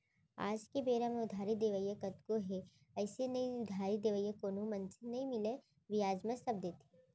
आज के बेरा म उधारी देवइया कतको हे अइसे नइ उधारी देवइया कोनो मनसे नइ मिलय बियाज म सब देथे